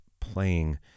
playing